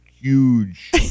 huge